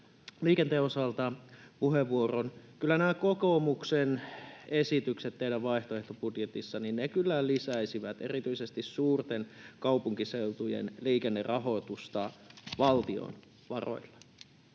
liikenteen osalta puheenvuoron. Kyllä nämä kokoomuksen esitykset teidän vaihtoehtobudjetissa lisäisivät erityisesti suurten kaupunkiseutujen liikennerahoitusta valtion varoilla